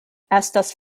estas